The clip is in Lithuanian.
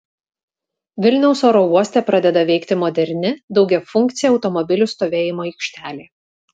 vilniaus oro uoste pradeda veikti moderni daugiafunkcė automobilių stovėjimo aikštelė